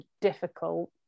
difficult